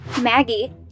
Maggie